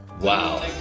Wow